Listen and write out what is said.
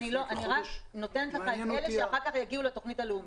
אני רק נותנת לך את אלה שאחר כך יגיעו לתוכנית הלאומית.